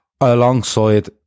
alongside